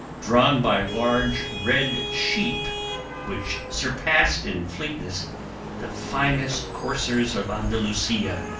drawn by large red sheep which surpassed in fleetness the finest coursers of andalusia,